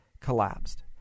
collapsed